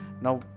Now